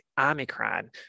Omicron